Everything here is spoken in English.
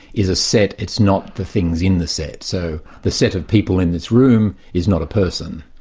is a set, it's not the things in the set. so the set of people in this room is not a person,